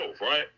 right